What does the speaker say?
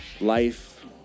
life